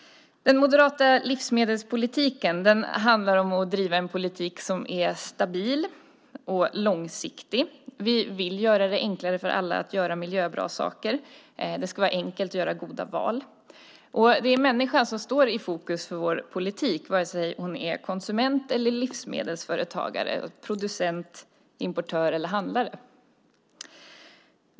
Den moderata livsmedelspolitiken handlar om att driva en politik som är stabil och långsiktig. Vi vill göra det enklare för alla att göra miljöbra saker. Det ska vara enkelt att göra goda val. Det är människan som står i fokus för vår politik, vare sig hon är konsument eller livsmedelsföretagare som producent, importör eller handlare.